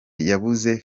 yabuze